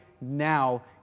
now